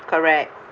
correct